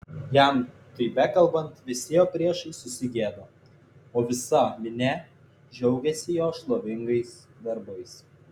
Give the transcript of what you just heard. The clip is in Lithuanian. jam tai bekalbant visi jo priešai susigėdo o visa minia džiaugėsi jo šlovingais darbais